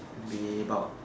be about